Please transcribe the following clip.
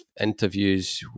interviews